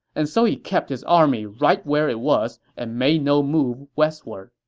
and so he kept his army right where it was and made no move westward